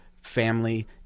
family